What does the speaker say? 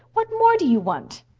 what more do you want?